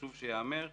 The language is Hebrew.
חשוב שזה ייאמר.